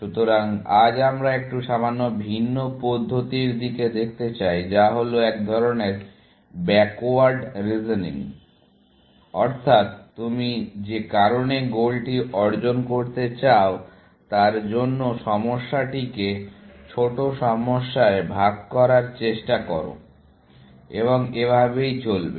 সুতরাং আজ আমরা একটি সামান্য ভিন্ন পদ্ধতির দিকে দেখতে চাই যা হল একধরনের ব্যাকওয়ার্ড রিসনিং অর্থাৎ তুমি যে কারণে গোলটি অর্জন করতে চাও তার জন্য সমস্যাটিকে ছোট সমস্যায় ভাগ করার চেষ্টা করো এবং এভাবেই চলবে